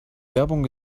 werbung